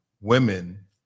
women